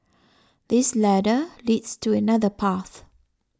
this ladder leads to another path